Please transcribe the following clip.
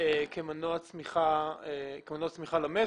כמנוע צמיחה למשק.